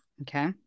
okay